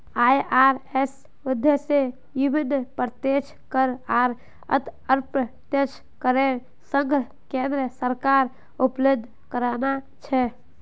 IRS उद्देश्य विभिन्न प्रत्यक्ष कर आर अप्रत्यक्ष करेर संग्रह केन्द्र सरकारक उपलब्ध कराना छे